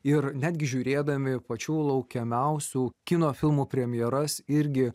ir netgi žiūrėdami pačių laukiamiausių kino filmų premjeras irgi